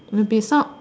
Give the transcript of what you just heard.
maybe some